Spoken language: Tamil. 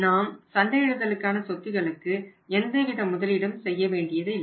நாம் சந்தையிடுதலுக்கான சொத்துக்களுக்கு எந்தவித முதலீடும் செய்ய வேண்டியது இல்லை